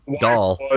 doll